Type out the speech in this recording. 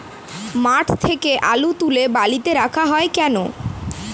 মাঠ থেকে আলু তুলে বালিতে রাখা হয় কেন?